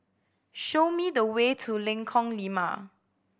show me the way to Lengkong Lima